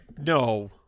No